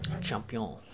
Champion